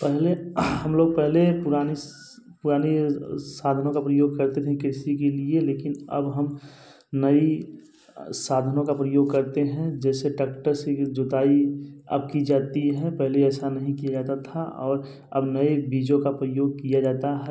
पहले हम लोग पहले पुरानी पुराने साधनों का प्रयोग करते थे कृषि के लिए लेकिन अब हम नए साधनों का प्रयोग करते हैं जैसे टक्टर से ही जोताई अब की जाती है पहले ऐसा नहीं किया जाता था और अब नए बीजों का प्रयोग किया जाता है